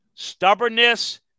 stubbornness